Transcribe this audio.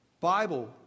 Bible